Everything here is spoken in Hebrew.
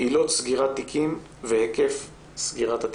עילות סגירת תיקים והיקף סגירת התיקים.